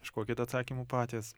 ieškokit atsakymų patys